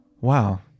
Wow